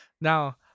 Now